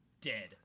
dead